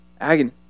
Agony